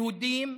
יהודים,